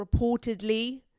Reportedly